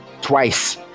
twice